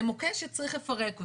זה מוקש שצריך לפרק אותו.